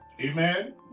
Amen